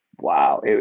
wow